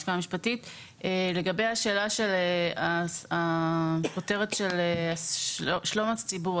לגבי הכותרת של שלום הציבור,